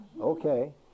okay